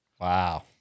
Wow